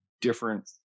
different